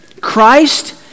Christ